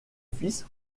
fils